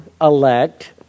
elect